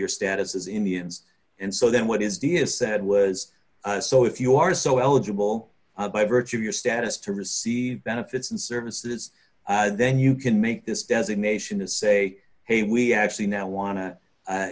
your status as indians and so then what is the is said was so if you are so eligible by virtue of your status to receive benefits and services then you can make this designation to say hey we actually now wan